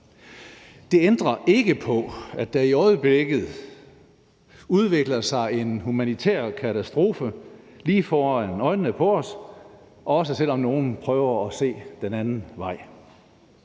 Det ændrer ikke på, at der i øjeblikket udvikler sig en humanitær katastrofe lige foran øjnene af os, også selv om nogle prøver at se den anden vej.